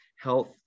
health